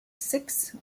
six